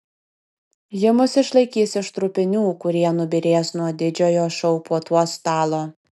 ji mus išlaikys iš trupinių kurie nubyrės nuo didžiojo šou puotos stalo